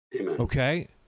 Okay